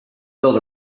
build